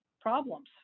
problems